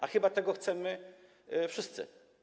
A chyba tego chcemy wszyscy.